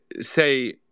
say